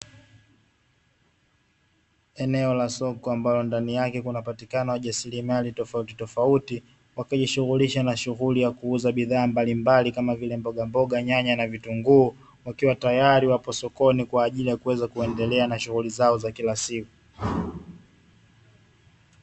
Eneo la soko ambalo ndani yake kunapatikana wajasiriamali tofautitofauti, wakijishughulisha na shughuli ya kuuza bidhaa mbalimbali kama vile mbogamboga, nyanya na vitunguu. Wakiwa tayari wapo sokoni kwa ajili ya kuweza kuendelea na shughuli zao za kila siku.